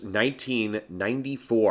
1994